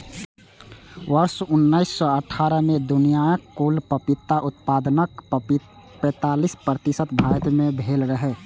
वर्ष उन्नैस सय अट्ठारह मे दुनियाक कुल पपीता उत्पादनक पैंतालीस प्रतिशत भारत मे भेल रहै